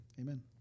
Amen